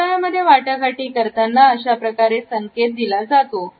व्यवसायामध्ये वाटाघाटी करतांना अशाप्रकारे संकेत दिला जातो